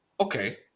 Okay